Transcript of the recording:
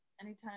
anytime